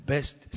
Best